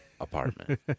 apartment